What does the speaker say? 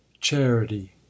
charity